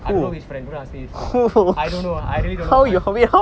I don't know which friend don't ask me which friend I don't know I really don't know my